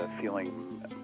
feeling